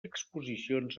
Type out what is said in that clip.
exposicions